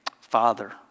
Father